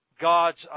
God's